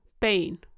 pain